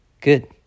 Good